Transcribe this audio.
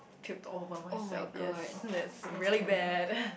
puked all over myself yes that's really bad